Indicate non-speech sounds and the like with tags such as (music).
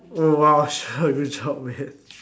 oh !wow! (noise) good job man